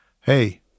hey